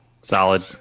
Solid